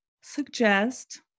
suggest